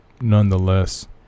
nonetheless